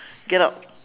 get out